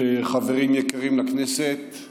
חברים יקרים לכנסת,